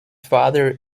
father